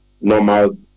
normal